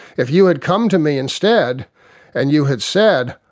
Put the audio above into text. if you had come to me instead and you had said,